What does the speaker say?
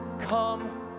come